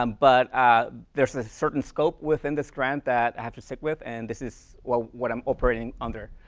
um but there's a certain scope within this grant that i have to stick with, and this is what what i'm operating under.